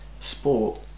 sport